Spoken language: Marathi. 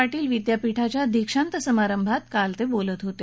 पाटील विद्यापीठाच्या दीक्षांत समारंभात बोलत होते